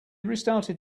restarted